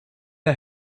der